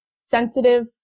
sensitive